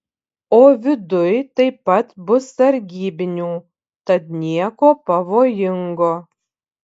o viduj taip pat bus sargybinių tad nieko pavojingo